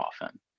often